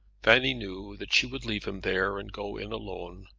fanny knew that she would leave him there and go in alone,